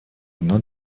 одно